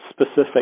specific